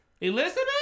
Elizabeth